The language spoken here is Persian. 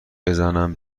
بزنم